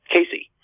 Casey